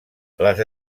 les